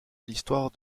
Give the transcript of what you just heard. l’histoire